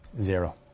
Zero